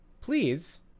please